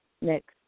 next